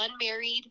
unmarried